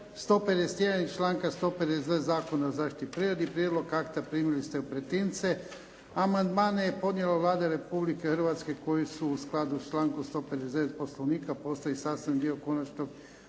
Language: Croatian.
151. i članka 150. Zakona o zaštiti prirode. Prijedlog akata primili ste u pretince. Amandmane je podnijela Vlada Republike Hrvatske koju su u skladu s člankom 159. Poslovnika. Postaje sastavni dio Konačnog